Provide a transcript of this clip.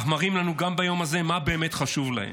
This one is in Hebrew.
אך מראים לנו גם ביום זה מה באמת חשוב להם.